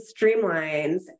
streamlines